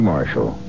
Marshall